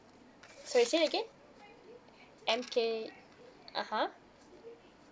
sorry say again M K (uh huh)